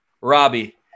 Robbie